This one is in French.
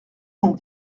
cent